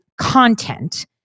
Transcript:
content